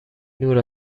نور